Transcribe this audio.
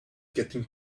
getting